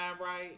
right